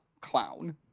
Clown